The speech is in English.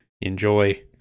enjoy